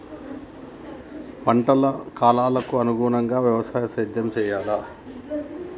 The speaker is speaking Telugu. పంటల కాలాలకు అనుగుణంగానే వ్యవసాయ సేద్యం చెయ్యాలా?